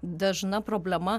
dažna problema